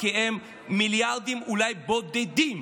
כי הן אולי מיליארדים בודדים.